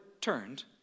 turned